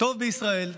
טוב בישראל.